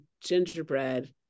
gingerbread